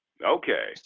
okay. so,